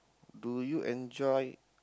do you enjoy